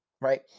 right